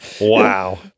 Wow